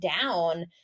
down